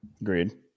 Agreed